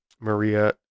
Maria